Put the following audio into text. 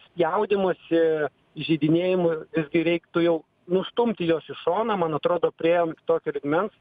spjaudymosi įžeidinėjimų ir kai reiktų jau nustumti juos į šoną man atrodo priėjom iki tokio lygmens